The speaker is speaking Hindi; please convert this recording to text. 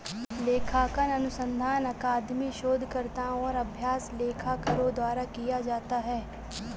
लेखांकन अनुसंधान अकादमिक शोधकर्ताओं और अभ्यास लेखाकारों द्वारा किया जाता है